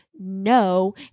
no